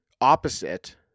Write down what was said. opposite